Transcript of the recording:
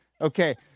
Okay